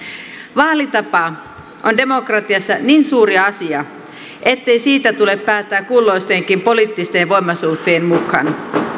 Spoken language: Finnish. vaalitapa on demokratiassa niin suuri asia ettei siitä tule päättää kulloistenkin poliittisten voimasuhteiden mukaan